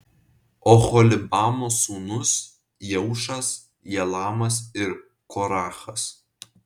oholibamos sūnūs jeušas jalamas ir korachas